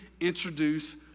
introduce